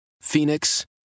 Phoenix